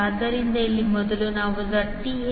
ಆದ್ದರಿಂದ ಇಲ್ಲಿ ಮೊದಲು ನಾವು ZTh